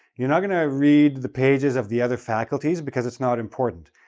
you're not going to read the pages of the other faculties because it's not important,